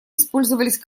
использовались